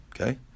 okay